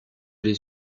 des